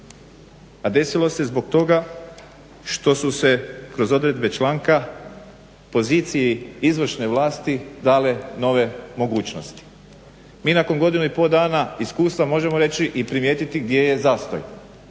A desilo se zbog toga što su se kroz odredbe članka poziciji izvršne vlasti dale nove mogućnosti. Mi nakon godinu i pol dana iskustva možemo reći i primijetiti gdje je zastoj.